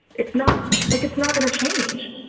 it's not like it's not going to change.